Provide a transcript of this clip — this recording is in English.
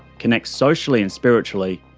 connect socially and spiritually,